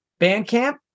Bandcamp